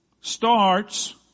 starts